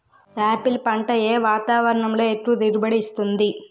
Apple పంట ఏ వాతావరణంలో ఎక్కువ దిగుబడి ఇస్తుంది?